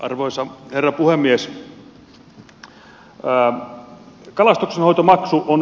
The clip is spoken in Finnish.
arvoisa herra puhemies